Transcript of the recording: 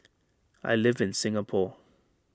I live in Singapore